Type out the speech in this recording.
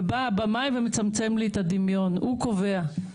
ובא הבמאי ומצמצם לי את הדמיון, הוא קובע.